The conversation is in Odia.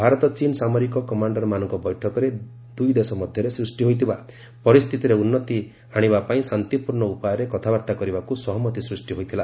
ଭାରତ ଚୀନ୍ ସାମରିକ କମାଣ୍ଡରମାନଙ୍କ ବୈଠକରେ ଦୁଇ ଏ ଦେଶ ମଧ୍ୟରେ ସୃଷ୍ଟି ହୋଇଥିବା ପରିସ୍ଥିତିରେ ଉନ୍ନତି ଆରିବା ପାଇଁ ଶାନ୍ତିପୂର୍ଣ୍ଣ ଉପାୟରେ କଥାବାର୍ତ୍ତା କରିବାକୁ ସହମତି ସୃଷ୍ଟି ହୋଇଥିଲା